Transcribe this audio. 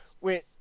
went